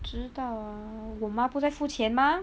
知道zhi dao ah 我妈不在付钱吗